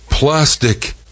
Plastic